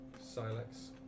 Silex